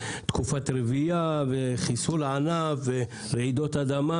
על תקופת רבייה וחיסול הענף ורעידות אדמה